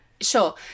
Sure